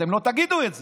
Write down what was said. אתם לא תגידו את זה,